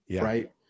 Right